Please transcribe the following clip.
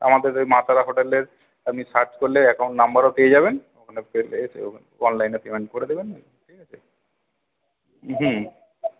আমাদের এই মা তারা হোটেলের আপনি সার্চ করলে অ্যাকাউন্ট নম্বরও পেয়ে যাবেন ওখানে পেলে এসে ওখানে অনলাইনে পেমেন্ট করে দেবেন ঠিক আছে হুম